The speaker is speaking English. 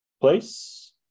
place